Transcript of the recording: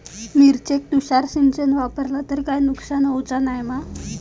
मिरचेक तुषार सिंचन वापरला तर काय नुकसान होऊचा नाय मा?